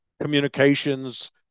communications